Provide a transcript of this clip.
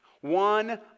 one